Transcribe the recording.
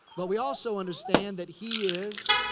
but we also understand that he is.